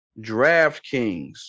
DraftKings